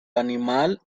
animal